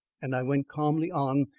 and i went calmly on,